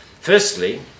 Firstly